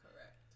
Correct